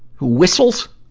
who whistles!